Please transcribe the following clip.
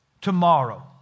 tomorrow